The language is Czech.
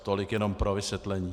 Tolik jenom pro vysvětlení.